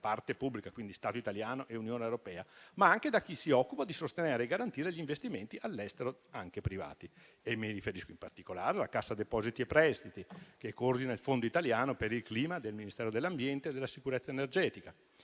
parte pubblica (Stato italiano e Unione europea), anche da chi si occupa di sostenere e garantire gli investimenti all'estero, anche privati. Mi riferisco in particolare alla Cassa depositi e prestiti, che coordina il Fondo italiano per il clima del Ministero dell'ambiente e della sicurezza energetica.